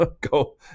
go